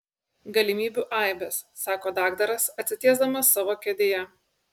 galimybių aibės sako daktaras atsitiesdamas savo kėdėje